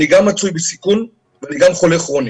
אני גם מצוי בסיכון, ואני גם חולה כרוני.